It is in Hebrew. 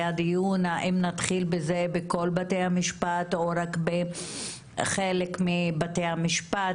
היה דיון האם נתחיל בזה בכל בתי המשפט או רק בחלק מבתי המשפט,